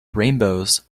rainbows